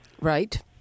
Right